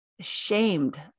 ashamed